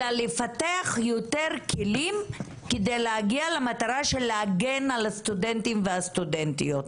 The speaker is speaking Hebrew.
אלא לפתח יותר כלים כדי להגיע למטרה להגן על הסטודנטים והסטודנטיות.